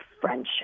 friendship